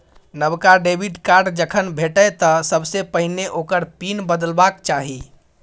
नबका debit card जखन भेटय तँ सबसे पहिने ओकर पिन बदलबाक चाही